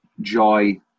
joy